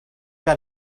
got